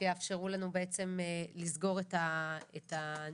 שיאפשרו לנו בעצם לסגור את הנוסח.